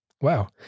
Wow